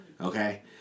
Okay